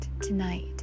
tonight